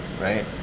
right